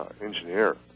engineer